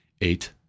eight